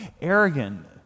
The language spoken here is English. arrogant